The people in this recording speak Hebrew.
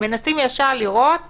מנסים ישר לראות